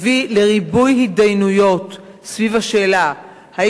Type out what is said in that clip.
הביא לריבוי התדיינויות סביב השאלה אם